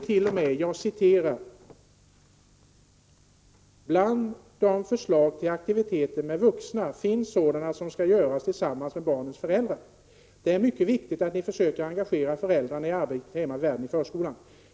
0. m.: ”Bland de förslag till aktiviteter med vuxna finns sådana som skall göras tillsammans med barnens föräldrar. Det är mycket viktigt att ni försöker engagera föräldrarna i arbetet hemma men även i förskolan.